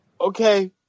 Okay